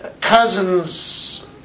cousins